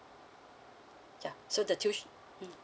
ya so the tui~ mm